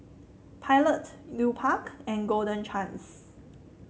Pilot Lupark and Golden Chance